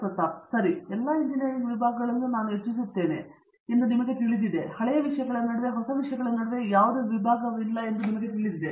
ಪ್ರತಾಪ್ ಹರಿಡೋಸ್ ಸರಿ ಹಾಗಾಗಿ ಎಲ್ಲಾ ಎಂಜಿನಿಯರಿಂಗ್ ವಿಭಾಗಗಳಲ್ಲೂ ನಾನು ಯೋಚಿಸುತ್ತೇನೆ ಎಂಬುದು ನಿಮಗೆ ತಿಳಿದಿದೆ ಎಂದು ನಾನು ಅರ್ಥೈಸುತ್ತೇನೆ ಹಳೆಯ ವಿಷಯಗಳ ನಡುವೆ ಹೊಸ ವಿಷಯಗಳ ನಡುವೆ ಯಾವುದೇ ವಿಭಾಗವಿಲ್ಲ ಎಂದು ನಿಮಗೆ ತಿಳಿದಿದೆ